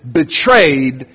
betrayed